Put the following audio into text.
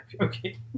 Okay